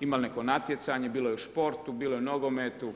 imali neko natjecanje bilo je u športu, bilo je u nogometu.